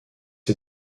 est